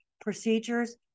procedures